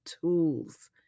tools